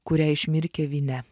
kurią išmirkė vyne